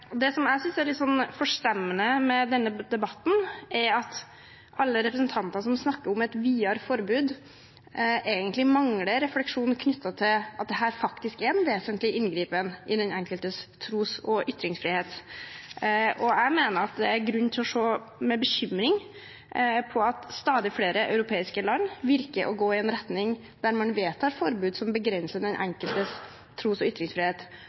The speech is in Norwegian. Det som jeg synes er litt forstemmende med denne debatten, er at alle representantene som snakker om et videre forbud, egentlig mangler refleksjoner over at dette faktisk er en vesentlig inngripen i den enkeltes tros- og ytringsfrihet. Jeg mener at det er grunn til å se med bekymring på at stadig flere europeiske land virker å gå i en retning hvor man vedtar forbud som begrenser den enkeltes tros- og ytringsfrihet.